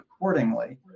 accordingly